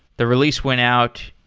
the release went out,